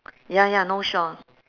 ya ya no shore